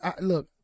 look